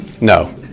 No